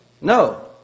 No